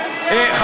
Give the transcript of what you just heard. ערוץ 20,